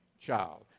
child